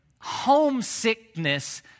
homesickness